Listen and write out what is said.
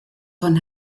von